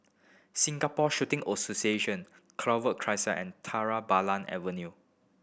Singapore Shooting Association Clover Crescent and Tera Bulan Avenue